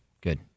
Good